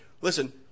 Listen